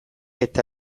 eta